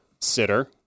sitter